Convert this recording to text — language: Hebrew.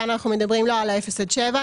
כאן אנחנו מדברים לא על האפס עד שבעה,